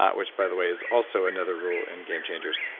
which by the way is also another rule in game changers.